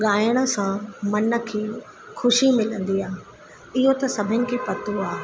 ॻाइण सां मन खे ख़ुशी मिलंदी आहे इहो त सभिनि खे पतो आहे